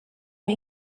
mae